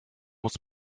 muss